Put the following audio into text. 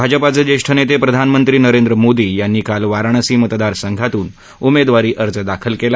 भाजपाचे ज्येष्ठ नेते प्रधानमंत्री नरेंद्र मोदी यांनी काल वाराणसी मतदारसंघातून उमेदवारी अर्ज दाखल केला